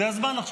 זה הזמן עכשיו.